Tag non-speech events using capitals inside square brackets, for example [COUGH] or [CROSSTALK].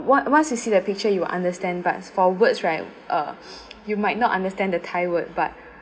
what once you see the picture you will understand but for words right uh [NOISE] you might not understand the thai word but